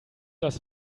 das